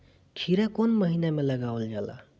खीरा कौन महीना में लगावल जाला?